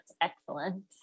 excellent